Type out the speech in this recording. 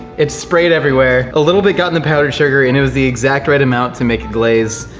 it sprayed everywhere. a little bit got in the powdered sugar and it was the exact right amount to make a glaze.